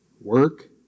work